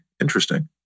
interesting